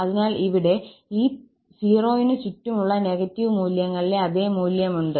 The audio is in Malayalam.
അതിനാൽ ഇവിടെ ഈ 0 ന് ചുറ്റുമുള്ള നെഗറ്റീവ് മൂല്യങ്ങളിലെ അതേ മൂല്യമുണ്ട്